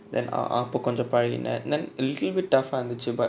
then ah அப்போ கொஞ்சோ பழகின:appo konjo palakina then little bit tough ah இருந்துச்சு:irunthuchu but